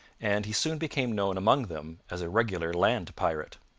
and he soon became known among them as a regular land pirate.